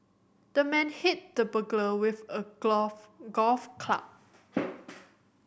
the man hit the burglar with a golf club